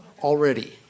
Already